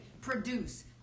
produce